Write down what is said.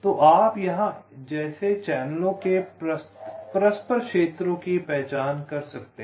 तो आप यहाँ जैसे चैनलों के परस्पर क्षेत्रों की पहचान कर सकते हैं